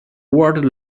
world